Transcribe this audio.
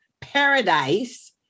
Paradise